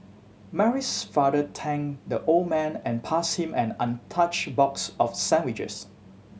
Mary's father thanked the old man and passed him an untouched box of sandwiches